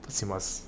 is must